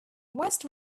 west